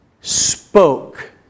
spoke